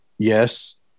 yes